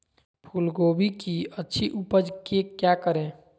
फूलगोभी की अच्छी उपज के क्या करे?